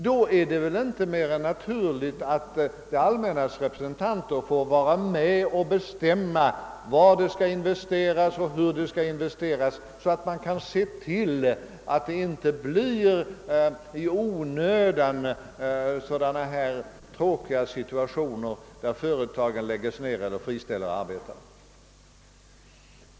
Då är det väl inte mer än naturligt — säger man — att det allmännas representanter skall få vara med om att bestämma var och hur det skall investeras, så att man kan se till att det inte i onödan uppstår sådana tråkiga situationer där företagen läggs ner eller där arbetarna friställs.